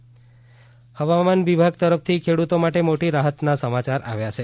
હવા માન હવામાન વિભાગ તરફથી ખેડૂતો માટે મોટી રાહતના સમાચાર આવ્યા છે